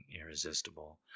irresistible